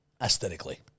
Aesthetically